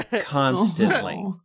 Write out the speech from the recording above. constantly